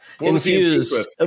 infused